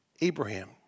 Abraham